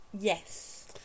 Yes